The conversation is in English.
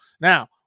Now